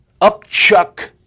upchuck